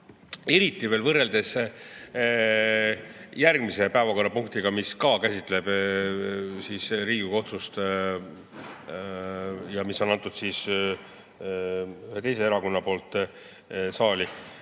eriti veel võrreldes järgmise päevakorrapunktiga, mis ka käsitleb Riigikogu otsust ja mis on antud ühe teise erakonna poolt saali,